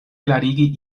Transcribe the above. klarigi